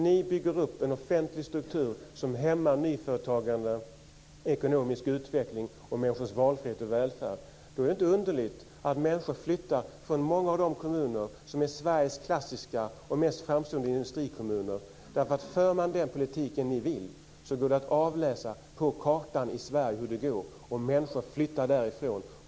Ni bygger upp en offentlig struktur som hämmar nyföretagande, ekonomisk utveckling och människors valfrihet och välfärd. Då är det inte underligt att människor flyttar från många av de kommuner som är Sveriges mest klassiska och framstående industrikommuner. För man den politik som ni vill föra går det att avläsa på kartan i Sverige hur det går. Människor flyttar därifrån.